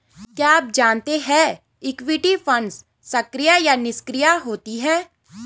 क्या आप जानते है इक्विटी फंड्स सक्रिय या निष्क्रिय होते हैं?